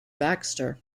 baxter